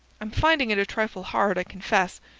i'm finding it a trifle hard, i confess.